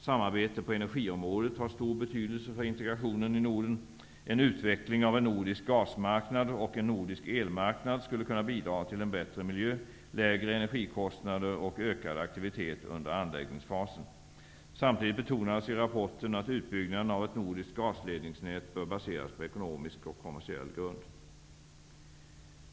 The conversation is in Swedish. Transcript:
Samarbete på energiområdet har stor betydelse för integrationen i Norden. En utveckling av en nordisk gasmarknad och en nordisk elmarknad skulle kunna bidra till en bättre miljö, lägre energikostnader och ökad aktivitet under anläggningsfasen. Samtidigt betonades i rapporten att utbyggnaden av ett nordiskt gasledningsnät bör baseras på ekonomisk och kommersiell grund.